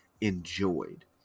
enjoyed